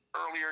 earlier